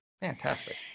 fantastic